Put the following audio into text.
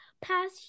pass